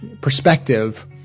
perspective –